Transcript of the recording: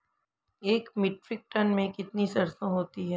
एक metric ton में कितनी सरसों होती है?